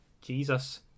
Jesus